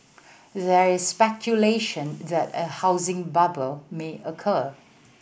there is speculation that a housing bubble may occur